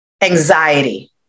anxiety